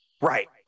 Right